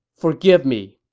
forgive me!